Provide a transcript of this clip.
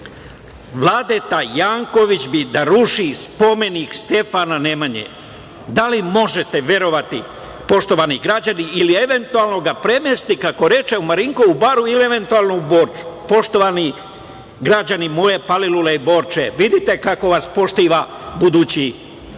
Vladeta Janković bi da ruši spomenik Stefana Nemanje. Da li možete verovati, poštovani građani, ili eventualno da premeste, kako reče, u Marinkovu baru ili eventualno u Borču. Poštovani građani moje Palilule i Borče, vidite kako vas poštuje budući